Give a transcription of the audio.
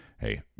hey